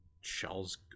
shells